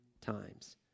times